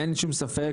אין שום ספק,